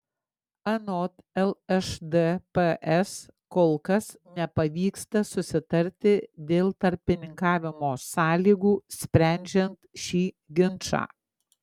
anot lšdps kol kas nepavyksta susitarti dėl tarpininkavimo sąlygų sprendžiant šį ginčą